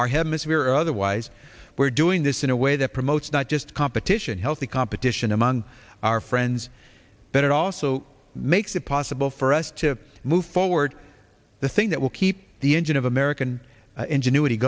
our hemisphere or otherwise we're doing this in a way that promotes not just competition healthy competition among our friends but it also makes it possible for us to move forward the thing that will keep the engine of american ingenuity